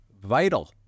vital